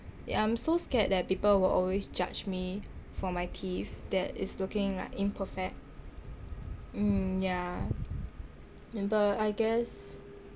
yah I'm so scared that people will always judge me for my teeth that is looking like imperfect mm yah but I guess